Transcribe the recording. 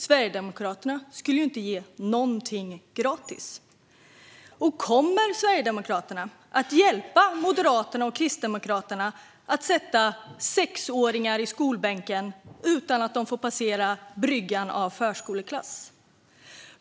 Sverigedemokraterna skulle ju inte ge någonting gratis. Kommer Sverigedemokraterna att hjälpa Moderaterna och Kristdemokraterna att sätta sexåringar i skolbänken utan att de fått passera den brygga som förskoleklass innebär?